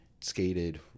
skated